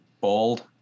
Bald